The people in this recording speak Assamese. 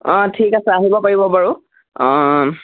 অঁ ঠিক আছে আহিব পাৰিব বাৰু অঁ